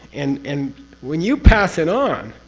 and and when you pass it on.